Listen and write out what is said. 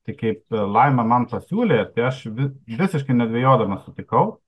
tai kaip laima man pasiūlė tai aš vi visiškai nedvejodamas sutikau